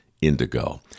indigo